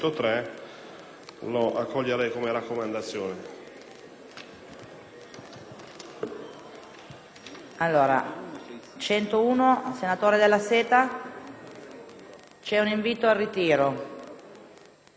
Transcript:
lo accoglierei come raccomandazione.